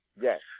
yes